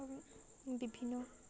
ଆଉ ବିଭିନ୍ନ